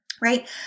Right